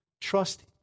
Trust